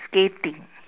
skating